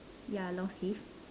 ya long sleeve